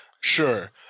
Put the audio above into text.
Sure